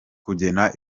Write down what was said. kugena